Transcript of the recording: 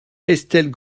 estelle